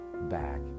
back